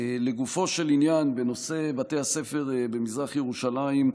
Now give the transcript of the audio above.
לגופו של עניין, בנושא בתי הספר במזרח ירושלים,